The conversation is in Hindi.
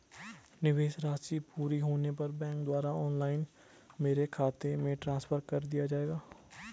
निवेश राशि पूरी होने पर बैंक द्वारा ऑनलाइन मेरे खाते में ट्रांसफर कर दिया जाएगा?